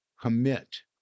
Commit